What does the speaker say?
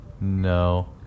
No